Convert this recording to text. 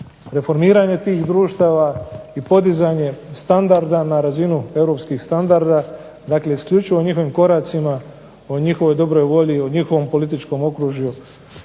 reformiranje tih društava i podizanje standarda na razinu europskih standarda. Dakle isključivo njihovim koracima, o njihovoj dobroj volji, o njihovom političkom okružju